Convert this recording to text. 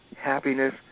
happiness